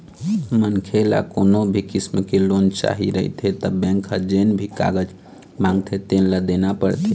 मनखे ल कोनो भी किसम के लोन चाही रहिथे त बेंक ह जेन भी कागज मांगथे तेन ल देना परथे